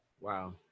Wow